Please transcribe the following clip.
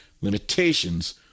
Limitations